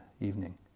evening